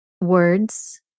words